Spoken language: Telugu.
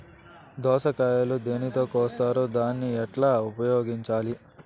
దోస కాయలు దేనితో కోస్తారు దాన్ని ఎట్లా ఉపయోగించాలి?